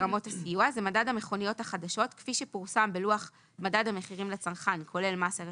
מדד מכוניות חדשות כפי שפורסם בלוח מדד המחירים לצרכן (כולל מס ערך